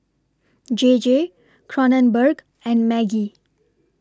J J Kronenbourg and Maggi